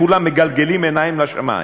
וכולם מגלגלים עיניים לשמים.